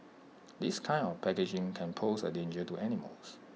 this kind of packaging can pose A danger to animals